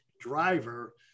driver